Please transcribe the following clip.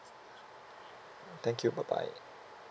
thank you bye bye